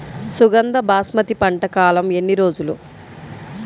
సుగంధ బాస్మతి పంట కాలం ఎన్ని రోజులు?